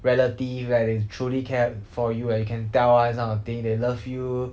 relative like they truly cared for you and can tell one this kind of thing they love you